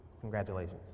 congratulations